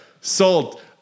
salt